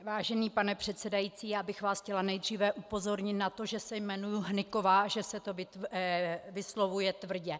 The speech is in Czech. Vážený pane předsedající, já bych vás chtěla nejdříve upozornit na to, že se jmenuji Hnyková a že se to vyslovuje tvrdě.